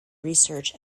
research